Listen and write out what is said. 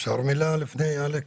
אפשר מילה לפני כן?